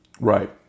Right